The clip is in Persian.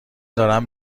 دارم